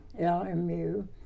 LMU